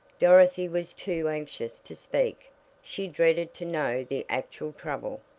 dorothy was too anxious to speak she dreaded to know the actual trouble.